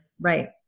Right